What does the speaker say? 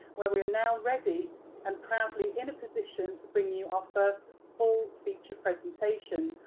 where we are now ready and proudly in a position to bring you our first full feature presentation,